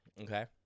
okay